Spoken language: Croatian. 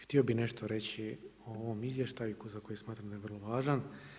Htio bi nešto reći o ovom izvještaju za koji smatram da je vrlo važan.